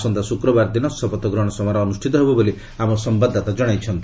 ଆସନ୍ତା ଶୁକ୍ରବାର ଦିନ ଶପଥଗ୍ରହଣ ସମାରୋହ ଅନୁଷ୍ଠିତ ହେବ ବୋଲି ଆମ ସମ୍ଭାଦଦାତା ଜଣାଇଛନ୍ତି